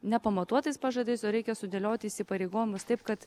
nepamatuotais pažadais o reikia sudėlioti įsipareigojimus taip kad